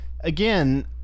again